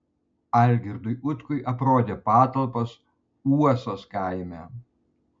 algirdui utkui aprodė patalpas uosos kaime